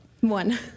One